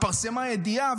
התפרסמה ידיעה,